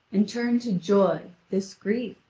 and turn to joy, this grief,